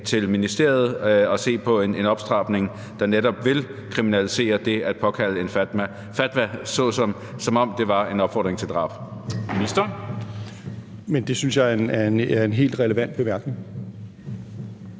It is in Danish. til ministeriet og se på en opstramning, der netop vil kriminalisere det at påkalde en fatwa, som om det var en opfordring til drab.